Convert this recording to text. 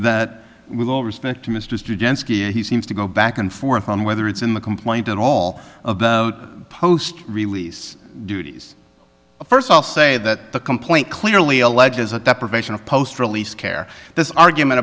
that we've all respect to mr he seems to go back and forth on whether it's in the complaint and all of the post release duties first of all say that the complaint clearly alleges a deprivation of post release care this argument